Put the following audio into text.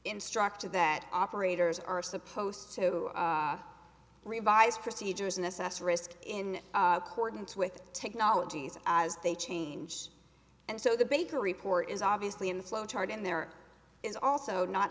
instructed that operators are supposed to revise procedures and assess risk in coordinates with technologies as they change and so the baker report is obviously in the flow chart and there is also not